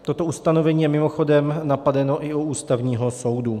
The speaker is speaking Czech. Toto ustanovení je mimochodem napadeno i u Ústavního soudu.